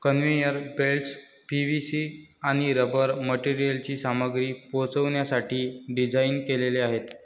conveyor belts PVC आणि rubber मटेरियलची सामग्री पोहोचवण्यासाठी डिझाइन केलेले आहेत